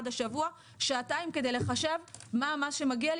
על נישום אחד השבוע שעתיים כדי לחשב מה המס שמגיע לו